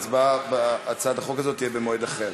ההצבעה על הצעת החוק הזאת תהיה במועד אחר.